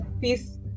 peace